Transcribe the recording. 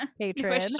patron